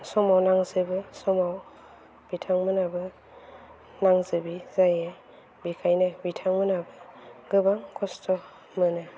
समाव नांजोबो समाव बिथांमोनाबो नांजोबि जायो बेनिखायनो बिथांमोनाबो गोबां खस्थ' मोनो